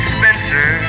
Spencer